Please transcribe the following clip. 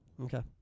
Okay